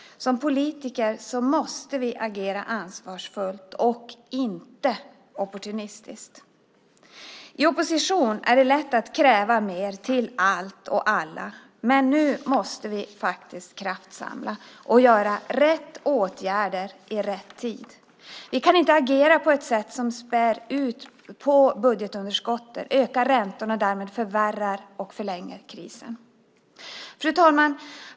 Som politiker måste vi agera ansvarsfullt och inte opportunistiskt. I opposition är det lätt att kräva mer till allt och alla, men nu måste vi kraftsamla och vidta rätt åtgärder i rätt tid. Vi kan inte agera på ett sätt som späder på budgetunderskotten, ökar räntorna och därmed förvärrar och förlänger krisen. Fru talman!